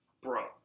bro